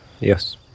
Yes